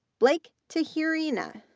blake tijerina,